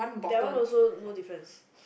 that one also no difference